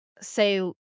say